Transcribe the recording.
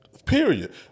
Period